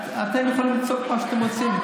אתם יכולים לצעוק מה שאתם רוצים,